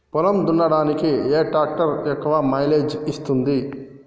పొలం దున్నడానికి ఏ ట్రాక్టర్ ఎక్కువ మైలేజ్ ఇస్తుంది?